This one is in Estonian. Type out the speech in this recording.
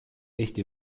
eesti